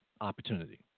opportunity